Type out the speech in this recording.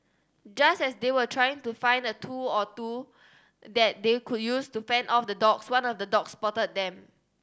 just as they were trying to find a tool or two that they could use to fend off the dogs one of the dogs spotted them